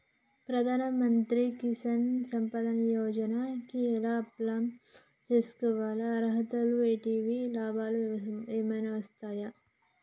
ప్రధాన మంత్రి కిసాన్ సంపద యోజన కి ఎలా అప్లయ్ చేసుకోవాలి? అర్హతలు ఏంటివి? లాభాలు ఏమొస్తాయి?